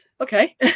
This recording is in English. okay